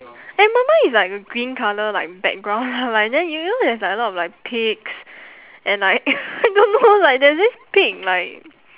and mi~ mine is like a green colour like background like then you know there's like a lot of like pigs and like I don't know like there's this pig like